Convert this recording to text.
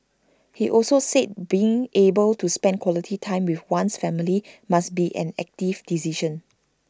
he also said being able to spend quality time with one's family must be an active decision